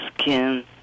skin